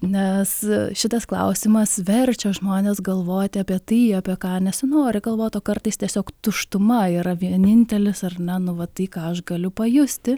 nes šitas klausimas verčia žmones galvoti apie tai apie ką nesinori galvot o kartais tiesiog tuštuma yra vienintelis ar ne nu va tai ką aš galiu pajusti